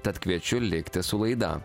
tad kviečiu likti su laida